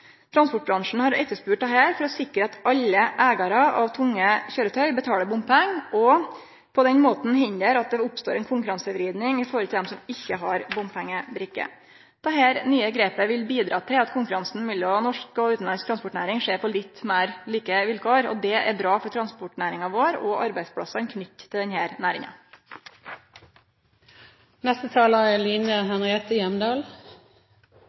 Transportbransjen har etterspurt dette for å sikre at alle eigarar av tunge køyretøy betalar bompengar, og på den måten hindre at det oppstår ei konkurransevriding i høve til dei som ikkje har bompengebrikke. Dette nye grepet vil bidra til at konkurransen mellom norsk og utanlandsk transportnæring skjer på meir like vilkår, og det er bra for transportnæringa vår og arbeidsplassane knytte til denne næringa. Bilistene er